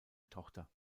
tochter